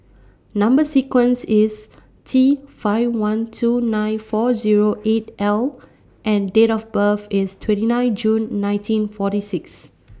Number sequence IS T five one two nine four Zero eight L and Date of birth IS twenty nine June nineteen forty six